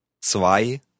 zwei